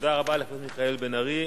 תודה רבה לחבר הכנסת מיכאל בן-ארי.